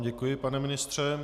Děkuji vám, pane ministře.